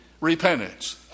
repentance